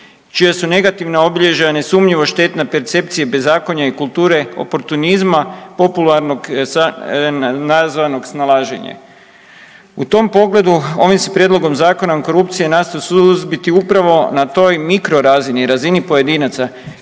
čija su negativna obilježja, nesumnjivo, štetna percepcija bezakonja i kulture oportunizma, popularnog nazvanog snalaženje. U tom pogledu ovim se prijedlogom Zakona o korupciji nastoji suzbiti upravo na toj mikrorazini, razini pojedinaca